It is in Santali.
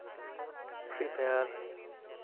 ᱯᱷᱤᱨᱤ ᱯᱷᱟᱭᱟᱨ